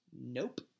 Nope